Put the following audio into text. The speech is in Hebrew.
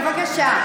בבקשה.